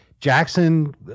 Jackson